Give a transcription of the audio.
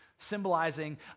symbolizing